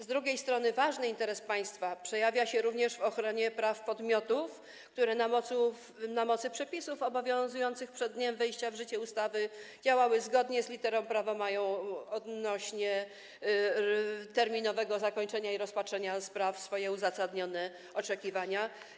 Z drugiej strony ważny interes państwa przejawia się również w ochronie praw podmiotów, które na mocy przepisów obowiązujących przed dniem wejścia w życie ustawy działały zgodnie z literą prawa, mają odnośnie do terminowego zakończenia i rozpatrzenia spraw swoje uzasadnione oczekiwania.